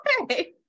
okay